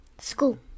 School